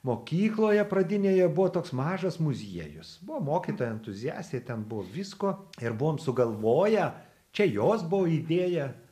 mokykloje pradinėje buvo toks mažas muziejus buvo mokytoja entuziastė ten buvo visko ir buvom sugalvoję čia jos buvo idėja